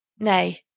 nay,